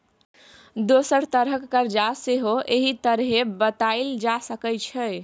दोसर तरहक करजा सेहो एहि तरहें बताएल जा सकै छै